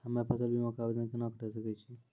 हम्मे फसल बीमा के आवदेन केना करे सकय छियै?